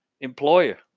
employer